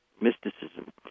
mysticism